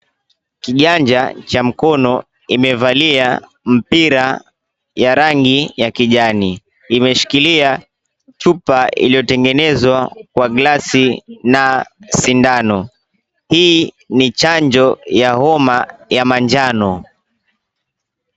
Kiganja cha mkono imevalia mpira ya rangi ya kijani imeshikilia chupa iliyotengenezwa kwa glasi na sindano. Hii ni chanjo ya homa ya manjano.